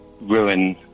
ruin